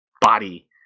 body